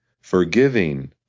forgiving